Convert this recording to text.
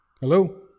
Hello